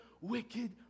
wicked